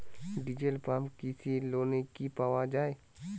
Diesel pump কৃষি লোনে কি পাওয়া য়ায়?